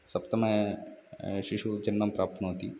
सप्तमं शिशुः जन्मं प्राप्नोति